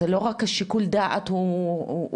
זה לא רק השיקול דעת הוא שלכם,